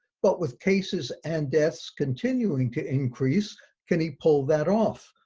but with cases and deaths continuing to increase can he pull that off?